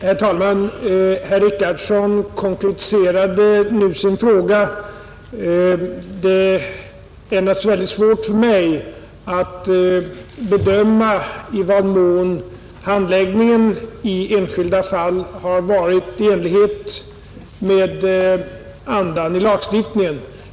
Herr talman! Herr Richardson konkretiserade nu sin fråga. Det är naturligtvis väldigt svårt för mig att bedöma i vad mån handläggningen i enskilda fall har varit i enlighet med andan i lagstiftningen.